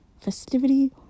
Festivity